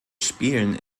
spielen